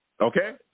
Okay